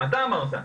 אתה אמרת.